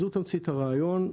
זו תמצית הרעיון.